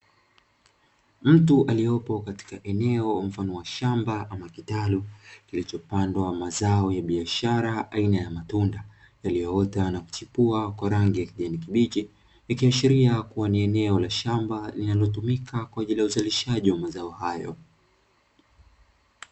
Mtu aliopo katia eneo mfano wa shamba ama kitalu kilichopandwa mazao ya biashara aina ya matunda, yaliyoota na kuchipua kwa rangi ya kijani kibichi. Ikiashiria kua ni eneo la shamba linalotumika kwa ajili ya uzalishaji wa mazao hayo.